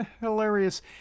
hilarious